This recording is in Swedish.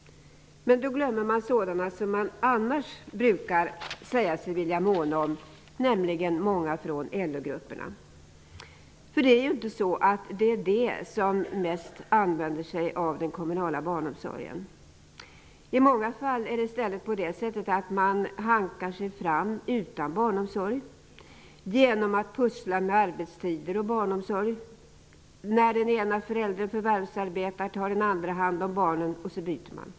Men då glömmer man sådana som man annars brukar säga sig vilja måna om, nämligen många från LO-grupperna. För det är inte de som mest använder sig av den kommunala barnomsorgen. I många fall hankar man sig i stället fram utan barnomsorg genom att pussla med arbetstider och barnomsorg. När den ena föräldern förvärvsarbetar tar den andra hand om barnen och så byter man.